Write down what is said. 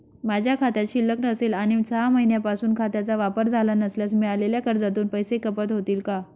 माझ्या खात्यात शिल्लक नसेल आणि सहा महिन्यांपासून खात्याचा वापर झाला नसल्यास मिळालेल्या कर्जातून पैसे कपात होतील का?